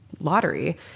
lottery